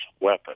weapon